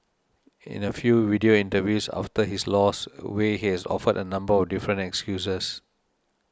in a few video interviews after his loss Wei has offered a number of different excuses